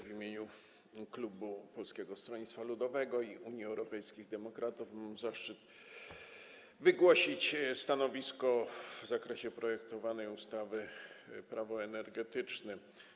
W imieniu klubu Polskiego Stronnictwa Ludowego - Unii Europejskich Demokratów mam zaszczyt wygłosić stanowisko w zakresie projektowanej ustawy o zmianie ustawy Prawo energetyczne.